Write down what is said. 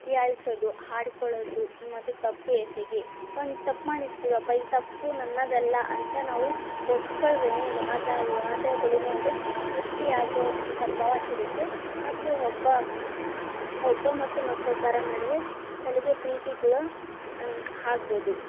ಹೀಯಾಳಿಸೋದು ಆಡಿಕೊಳ್ಳುದು ಮತ್ತು ತಪ್ಪು ಎಸಗಿ ಒಂದು ತಪ್ಪು ಮಾಡಿರ್ತೀವಪ್ಪ ಈ ತಪ್ಪು ನನ್ನದಲ್ಲ ಅಂತ ನಾವು ಒಪ್ಕೋಳ್ದೇ ವಾದ ವಿವಾದಗಳು ಮತ್ತೆ ಸೃಷ್ಟಿಯಾಗೋ ಸಂಭವ ಇರುತ್ತೆ ಮತ್ತು ಒಬ್ಬ ಒಬ್ಬರ ಮತ್ತು ಮತ್ತೊಬ್ಬರ ನಡುವೆ ಸಲುಗೆ ಪ್ರೀತಿ ಕೂಡ ಆಗ್ಬೋದು